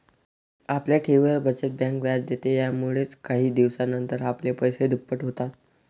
आपल्या ठेवींवर, बचत बँक व्याज देते, यामुळेच काही दिवसानंतर आपले पैसे दुप्पट होतात